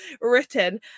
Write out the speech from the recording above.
written